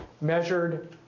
measured